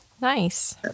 Nice